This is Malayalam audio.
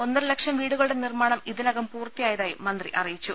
ഒന്നരലക്ഷം വീടുകളുടെ നീർമാണം ഇതിനകം പൂർത്തിയായതായും മന്ത്രി അറിയിച്ചു